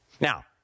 Now